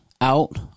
out